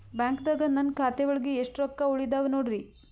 ಬ್ಯಾಂಕ್ದಾಗ ನನ್ ಖಾತೆ ಒಳಗೆ ಎಷ್ಟ್ ರೊಕ್ಕ ಉಳದಾವ ನೋಡ್ರಿ?